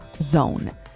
.zone